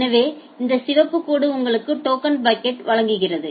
எனவே இந்த சிவப்பு கோடு உங்களுக்கு டோக்கன் பக்கெட்யைவழங்குகிறது